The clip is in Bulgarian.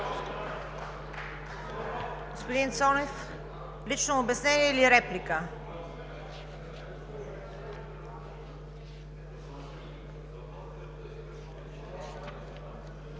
Господин Цонев, лично обяснение или реплика?